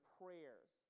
prayers